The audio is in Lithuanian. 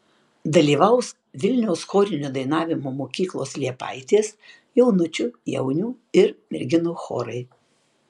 dalyvaus vilniaus chorinio dainavimo mokyklos liepaitės jaunučių jaunių ir merginų chorai